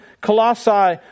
Colossae